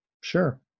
Sure